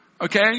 Okay